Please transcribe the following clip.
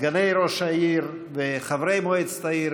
סגני ראש העיר וחברי מועצת העיר,